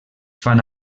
fan